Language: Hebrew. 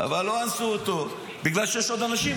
אבל לא אנסו אותו, בגלל שיש עוד אנשים.